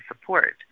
support